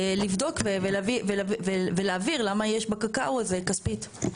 לבדוק ולהבהיר למה יש בקקאו הזה כספית.